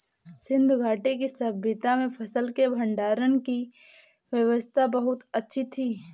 सिंधु घाटी की सभय्ता में फसल के भंडारण की व्यवस्था बहुत अच्छी थी